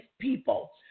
people